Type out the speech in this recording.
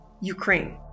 Ukraine